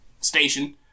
station